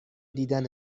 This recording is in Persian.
دیدن